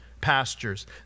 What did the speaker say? pastures